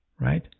Right